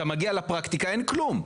אתה מגיע לפרקטיקה אין כלום.